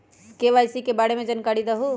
KYC के बारे में जानकारी दहु?